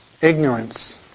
ignorance